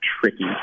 tricky